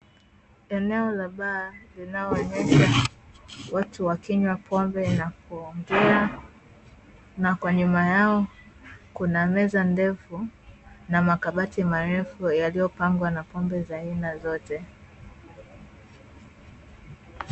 Eneo la baa linaloonyesha watu wakinywa pombe na kuongea, na kwa nyuma yao kuna meza ndefu na makabati marefu; yaliyopangwa na pombe za aina zote.